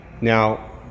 Now